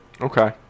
Okay